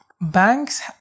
banks